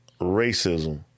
racism